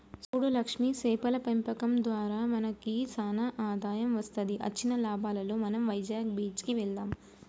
సూడు లక్ష్మి సేపల పెంపకం దారా మనకి సానా ఆదాయం వస్తది అచ్చిన లాభాలలో మనం వైజాగ్ బీచ్ కి వెళ్దాం